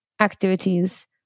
activities